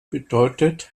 bedeutet